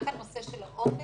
רק הנושא של העומס?